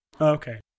Okay